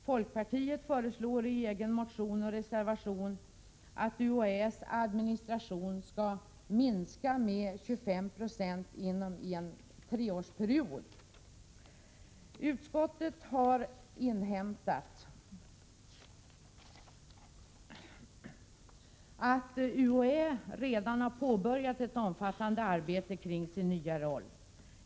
Folkpartiet föreslår i en egen motion och reservation att UHÄ:s administration skall minskas med 25 96 inom en treårsperiod. Utskottet har inhämtat information om att UHÄ redan har påbörjat ett omfattande arbete kring sin nya roll.